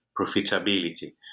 profitability